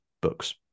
books